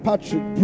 Patrick